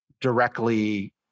directly